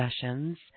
sessions